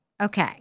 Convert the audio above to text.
Okay